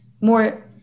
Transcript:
more